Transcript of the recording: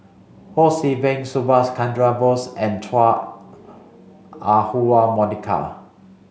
Ho See Beng Subhas Chandra Bose and Chua Ah Huwa Monica